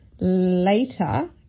later